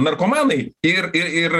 narkomanai ir ir